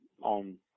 on